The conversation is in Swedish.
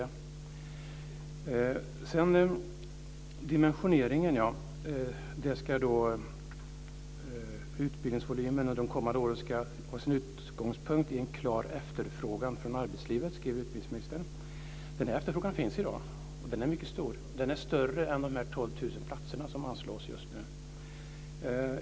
Vad gäller dimensioneringen kan jag säga att utbildningsministern skriver att utbildningsvolymen under de kommande åren ska ha sin utgångspunkt i en klar efterfrågan från arbetslivet. Denna efterfrågan finns i dag, och den är mycket stor. Den är större än de 12 000 platser som anslås just nu.